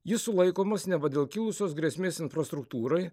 jis sulaikomas neva dėl kilusios grėsmės infrastruktūrai